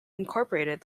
incorporated